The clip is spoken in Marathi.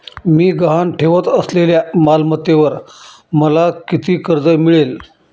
मी गहाण ठेवत असलेल्या मालमत्तेवर मला किती कर्ज मिळेल?